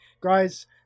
guys